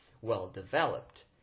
well-developed